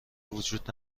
وجود